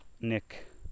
Nick